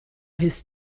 his